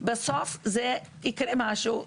בסוף יקרה משהו,